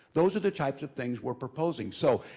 those are the types of things we're proposing. so.